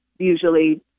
usually